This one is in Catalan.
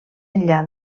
enllà